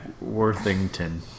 Worthington